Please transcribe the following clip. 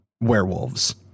werewolves